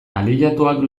aliatuak